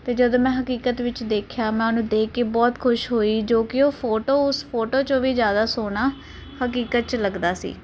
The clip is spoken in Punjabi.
ਤੇ ਜਦੋਂ ਮੈਂ ਹਕੀਕਤ ਵਿੱਚ ਦੇਖਿਆ ਮੈਂ ਉਹਨੂੰ ਦੇਖ ਕੇ ਬਹੁਤ ਖੁਸ਼ ਹੋਈ ਜੋ ਕੀ ਉਹ ਫੋਟੋ ਉਸ ਫੋਟੋ ਚੋਂ ਵੀ ਜਿਆਦਾ ਸੋਹਣਾ ਹਕੀਕਤ ਚ ਲੱਗਦਾ ਸੀ